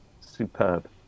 superb